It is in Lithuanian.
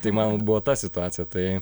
tai man buvo ta situacija tai